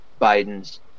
biden's